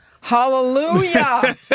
Hallelujah